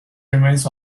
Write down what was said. remains